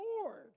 Lord